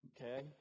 Okay